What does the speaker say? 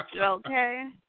Okay